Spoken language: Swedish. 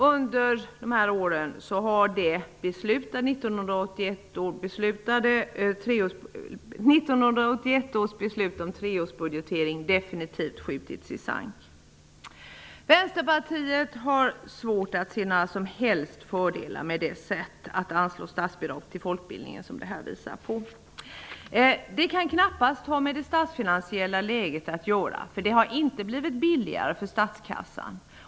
Under perioden har också 1981 års beslut om treårsbudgetering definitivt skjutits i sank. Vänsterpartiet har svårt att se några som helst fördelar med det här sättet att anslå statsbidrag till folkbildningen. Det kan knappast ha med det statsfinansiella läget att göra, för det blir inte billigare för statskassan.